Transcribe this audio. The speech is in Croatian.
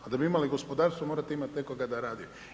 A da bi imali gospodarstvo, morate imati nekoga da radi.